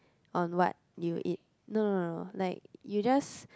on what you eat no no no no like you just